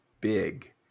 big